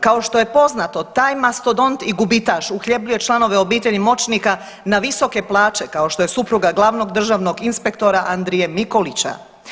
Kao što je poznato, taj mastodont i gubitaš, uhljebljuje članove obitelji moćnika na visoke plaće kao što je supruga glavnog državnog inspektora Andrije Mikulića.